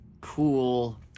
Cool